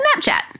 Snapchat